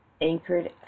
anchored